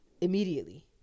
immediately